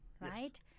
right